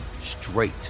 straight